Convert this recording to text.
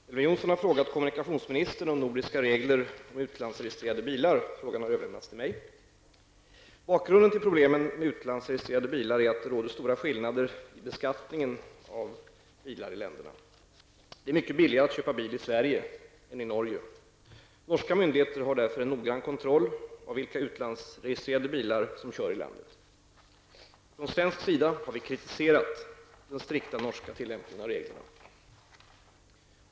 Herr talman! Elver Jonsson har frågat kommunikationsministern om nordiska regler om utlandsregistrerade bilar. Frågan har överlämnats till mig. Bakgrunden till problemen med utlandsregistrerade bilar är att det råder stora skillnader i beskattningen av bilar i länderna. Det är mycket billigare att köpa bil i Sverige än i Norge. Norska myndigheter har därför en noggrann kontroll av vilka utlandsregistrerade bilar som kör i landet. Från svensk sida har vi kritiserat den strikta norska tillämpningen av reglerna.